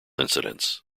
incidents